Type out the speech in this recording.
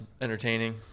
entertaining